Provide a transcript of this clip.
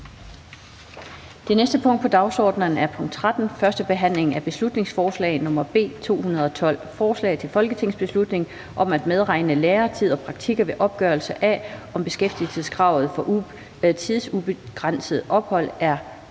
Det næste punkt på dagsordenen er: 13) 1. behandling af beslutningsforslag nr. B 212: Forslag til folketingsbeslutning om at medregne læretid og praktikker ved opgørelse af, om beskæftigelseskravet for tidsubegrænset ophold er